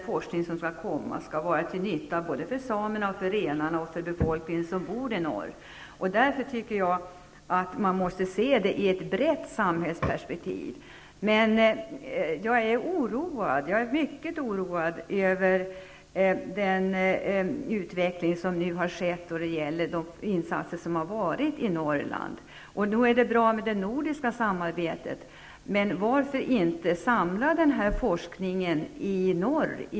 Forskningen skall vara till nytta för samerna, renarna och den befolkning som finns i norr. Man måste se det i ett brett samhällsperspektiv. Jag är mycket oroad över utvecklingen när det gäller de insatser som har gjorts i Norrland. Nog är det bra med det nordiska samarbetet. Men varför inte samla denna forskning i norr?